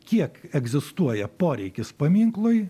kiek egzistuoja poreikis paminklui